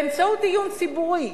באמצעות דיון ציבורי,